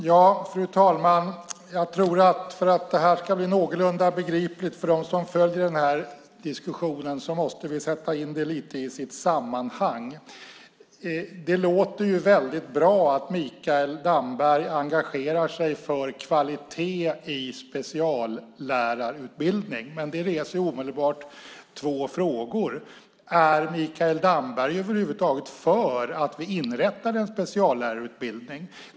Fru talman! För att det här ska bli någorlunda begripligt för dem som följer diskussionen måste vi sätta in det lite i sitt sammanhang. Det låter väldigt bra att Mikael Damberg engagerar sig för kvalitet i speciallärarutbildning, men det reser omedelbart två frågor. Är Mikael Damberg över huvud taget för att vi inrättar en speciallärarutbildning?